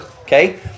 okay